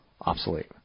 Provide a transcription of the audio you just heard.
obsolete